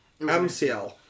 MCL